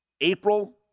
April